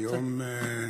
בבקשה, אורלי.